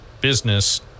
business